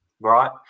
right